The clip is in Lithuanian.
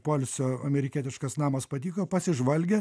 poilsio amerikietiškas namas patiko pasižvalgė